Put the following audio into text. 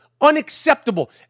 unacceptable